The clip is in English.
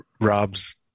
Rob's